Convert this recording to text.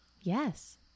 Yes